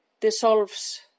dissolves